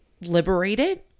liberated